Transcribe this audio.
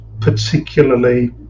particularly